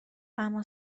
اما